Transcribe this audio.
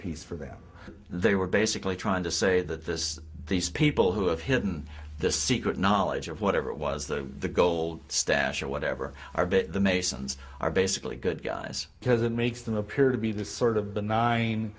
piece for them they were basically trying to say that this these people who have hidden the secret knowledge of whatever it was the gold stash or whatever are but the masons are basically good guys because it makes them appear to be this sort of benign